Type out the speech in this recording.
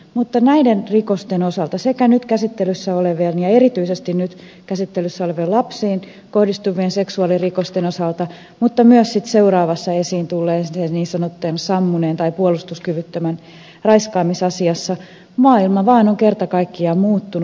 mutta näiden rikosten osalta erityisesti nyt käsittelyssä olevien lapsiin kohdistuvien seksuaalirikosten osalta mutta sitten myös seuraavassa esiin tulevassa niin sanotussa sammuneen tai puolustuskyvyttömän raiskaamisasiassa maailma vaan on kerta kaikkiaan muuttunut